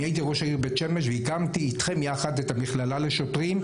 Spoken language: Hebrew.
אני הייתי ראש העיר בית שמש והקמתי אתכם ביחד את המכללה לשוטרים,